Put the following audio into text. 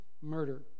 murder